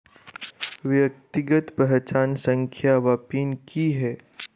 व्यक्तिगत पहचान संख्या वा पिन की है?